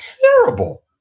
terrible